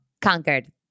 conquered